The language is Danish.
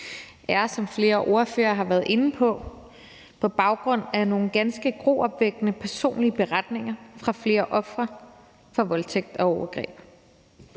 er, som flere ordførere har været inde på, at der har været nogle ganske gruopvækkende personlige beretninger fra flere ofre for voldtægt og overgreb.